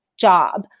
job